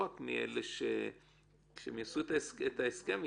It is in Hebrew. כשהם יעשו את ההסכם,